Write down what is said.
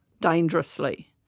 dangerously